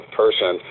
person